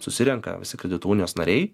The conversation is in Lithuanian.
susirenka visi kredito unijos nariai